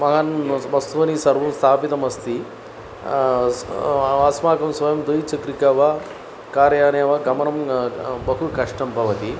मार्गान् बस्वनि सर्वं स्थापितम् अस्ति अस्माकं स्वयं द्विचक्रिका वा कार्यानेन वा गमनं बहु कष्टं भवति